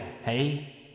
Hey